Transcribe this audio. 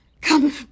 Come